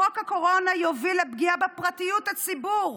חוק הקורונה יוביל לפגיעה בפרטיות הציבור.